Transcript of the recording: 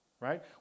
right